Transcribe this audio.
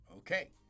Okay